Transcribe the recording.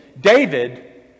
David